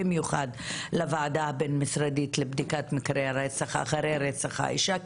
במיוחד לוועדה הבין משרדית לבדיקת מקרי רצח אחרי רצח האישה,